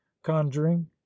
conjuring